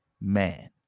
man